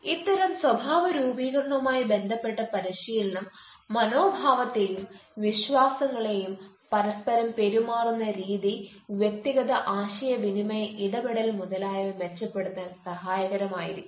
ഇത്തരം സ്വഭാവരൂപീകരണവുമായി ബന്ധപ്പെട്ട പരിശീലനം മനോഭാവത്തെയും വിശ്വാസങ്ങളെയും പരസ്പരം പെരുമാറുന്ന രീതി വ്യക്തിഗത ആശയവിനിമയ ഇടപെടൽ മുതലായവ മെച്ചപ്പെടുത്താൻ സഹായകരമായിരിക്കും